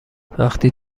وقتی